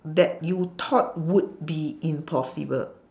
that you thought would be impossible